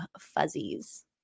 fuzzies